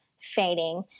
fading